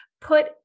put